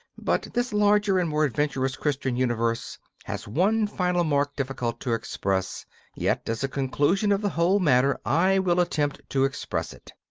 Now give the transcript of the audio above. but this larger and more adventurous christian universe has one final mark difficult to express yet as a conclusion of the whole matter i will attempt to express it.